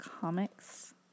Comics